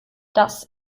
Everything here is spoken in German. das